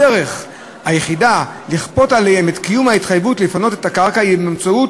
הדרך היחידה לכפות עליהם את קיום ההתחייבות לפנות את הקרקע היא באמצעות